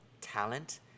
talent